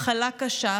מחלה קשה,